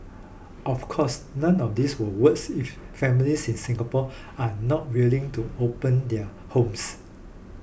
of course none of this will works if families in Singapore are not willing to open their homes